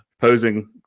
posing